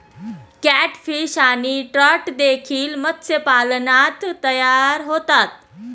catfish आणि trout देखील मत्स्यपालनात तयार होतात